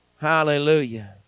Hallelujah